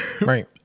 Right